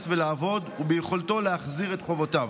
ולעבוד וביכולתו להחזיר את חובותיו.